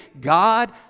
God